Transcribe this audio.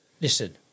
Listen